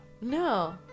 No